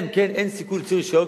אלא אם כן אין סיכוי להוציא רשיון,